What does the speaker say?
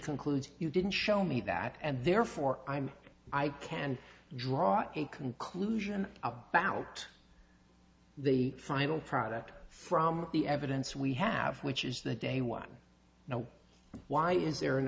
concludes you didn't show me that and therefore i'm i can draw a conclusion about the final product from the evidence we have which is the day one now why is there an